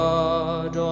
God